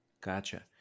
gotcha